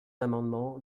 amendements